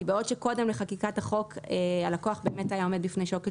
בעוד שקודם לחקיקת החוק הלקוח באמת היה עומד בפני שוקת